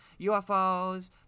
UFOs